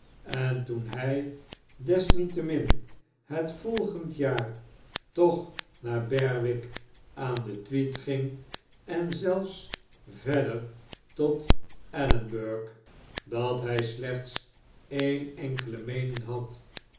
en toen hy desniettemin het volgende jaar toch naar berwick aan de tweed ging en zelfs verder tot edinburg lathy slechts een enkele meening had